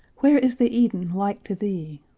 where is the eden like to thee?